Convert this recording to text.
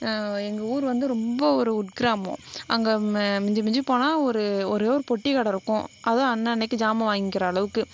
எங்கள் ஊர் வந்து ரொம்ப ஒரு உட்கிராமம் அங்கே மிஞ்சி மிஞ்சி போனால் ஒரு ஒரே ஒரு பொட்டி கடை இருக்கும் அதுவும் அன்னன்னைக்கி ஜாமான் வாய்ங்கிக்கிற அளவுக்கு